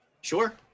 Sure